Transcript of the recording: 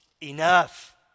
Enough